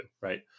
right